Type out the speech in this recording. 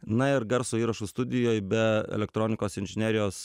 na ir garso įrašų studijoj be elektronikos inžinerijos